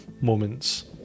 moments